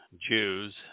Jews